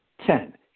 Ten